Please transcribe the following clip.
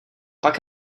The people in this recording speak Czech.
pak